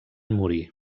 morir